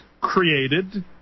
created